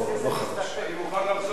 אני מוכן לחזור בי.